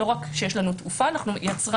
לא רק תעופה יש לנו, אנחנו גם יצרנים.